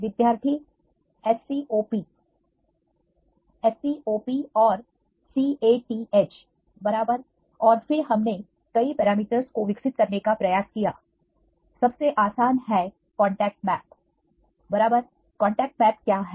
विद्यार्थी SCOP SCOP और CATH बराबर और फिर हमने कई पैरामीटर्स को विकसित करने का प्रयास किया सबसे आसान है कांटेक्ट मैप बराबर कांटेक्ट मैप क्या है